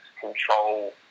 control